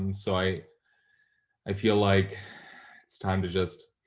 and so i i feel like it's time to just